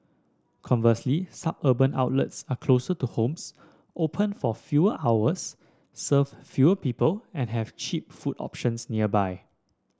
conversely suburban outlets are closer to homes open for fewer hours serve fewer people and have cheap food options nearby